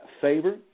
favor